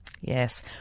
Yes